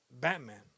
Batman